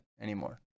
anymore